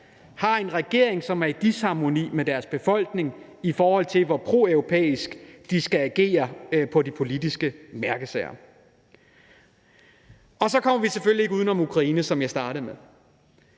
har en regering, som er i disharmoni med deres befolkning, i forhold til hvor proeuropæisk de skal agere i de politiske mærkesager. Så kommer vi selvfølgelig heller ikke uden om Ukraine, som jeg startede med,